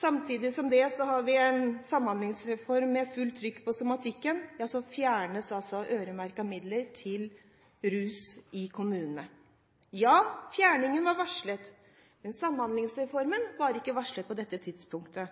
samtidig har en samhandlingsreform med fullt trykk på somatikken, at øremerkede midler til rusbehandling i kommunene fjernes. Fjerningen var varslet, men Samhandlingsreformen var ikke varslet på dette tidspunktet.